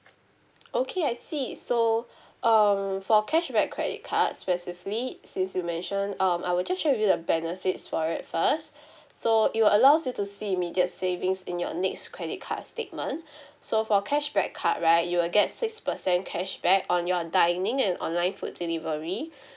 okay I see so um for cashback credit card specifically since you mentioned um I will just share with you the benefits for it first so it will allows you to see immediate savings in your next credit card statement so for cashback card right you will get six percent cashback on your dining and online food delivery